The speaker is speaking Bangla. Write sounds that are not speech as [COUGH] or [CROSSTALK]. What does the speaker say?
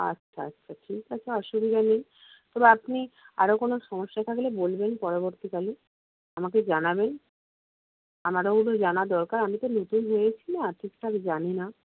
আচ্ছা আচ্ছা ঠিক আছে অসুবিধা নেই তবে আপনি আরও কোনো সমস্যা থাকলে বলবেন পরবর্তীকালে আমাকে জানাবেন [UNINTELLIGIBLE] আমারও জানা দরকার আমি তো [UNINTELLIGIBLE] ঠিকঠাক জানি না